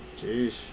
Jeez